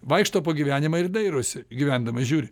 vaikšto po gyvenimą ir dairosi gyvendamas žiūri